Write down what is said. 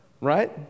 right